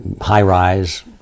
high-rise